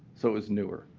so it was newer.